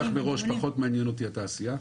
אני אומר לך מראש, פחות מעניינת אותי התעשייה.